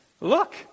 look